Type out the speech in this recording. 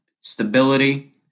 stability